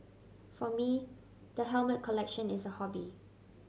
for me the helmet collection is a hobby